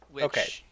Okay